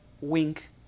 wink